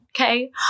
Okay